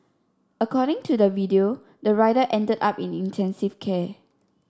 according to the video the rider ended up in intensive care